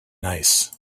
nice